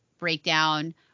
breakdown